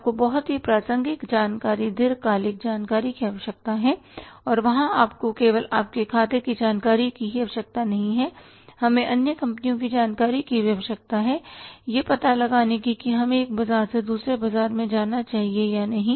आपको बहुत ही प्रासंगिक जानकारी दीर्घकालिक जानकारी की आवश्यकता है और वहां आपको केवल आपके खाते की जानकारी की ही आवश्यकता नहीं है हमें अन्य कंपनियों की जानकारी की भी आवश्यकता है यह पता लगाने के लिए कि हमें एक बाजार से दूसरे बाजार में जाना चाहिए या नहीं